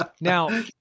Now